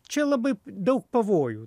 čia labai daug pavojų